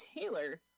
Taylor